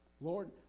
Lord